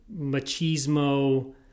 machismo